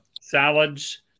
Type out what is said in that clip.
salads